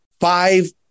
five